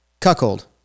cuckold